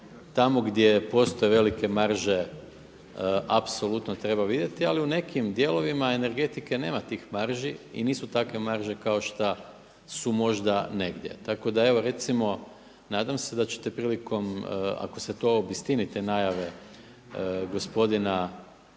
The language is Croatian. tamo gdje postoje velike marže apsolutno treba vidjeti, ali u nekim dijelovima energetike nema tih marži i nisu takve marže kao šta su možda negdje. Tako da evo recimo nadam se da ćete prilikom ako se to obistini te najave gospodina